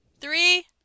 Three